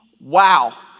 wow